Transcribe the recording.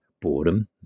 boredom